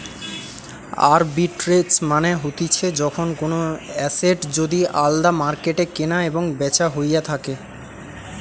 arbitrage মানে হতিছে যখন কোনো এসেট যদি আলদা মার্কেটে কেনা এবং বেচা হইয়া থাকে